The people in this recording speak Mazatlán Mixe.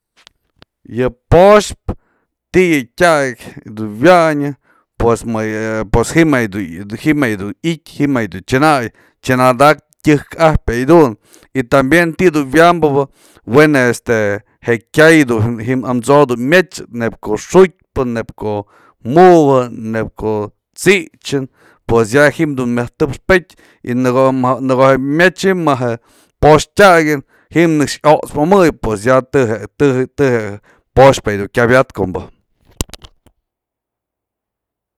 Yë po'oxpë ti'i yë tyakë du wyanyë pues më yë, ji'im ya du i'ityë ji'im ya du t'syanay, t'syanadaktë tyëjk ajpë yay jedun y tambien ti dun wyambëbë, we'en este je kyay du ji'im amso'o du myech, neyb ko'o xu'utpë, neyb ko'o mu'ujë, neyb ko'o t'sitchë pues ya ji'im du myaj tëpx peytë y në ko'o myech ji'im ma po'oxpë tyakën ji'im nëkx yot's mëmëy pues ya të je- të je- të je po'oxpë du kyabyat ko'ombë.